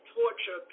torture